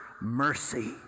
mercy